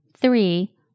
Three